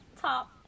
top